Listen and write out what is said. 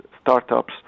startups